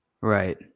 Right